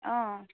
অঁ